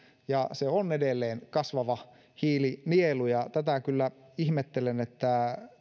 ja se on edelleen kasvava hiilinielu ja kyllä ihmettelen että